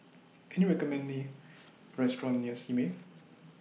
Can YOU recommend Me Restaurant near Simei